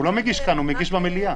הוא לא מגיש כאן, הוא מגיש במליאה.